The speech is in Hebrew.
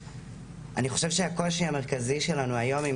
אני חושב שהקושי המרכזי שלנו היום עם